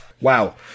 Wow